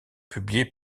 publiés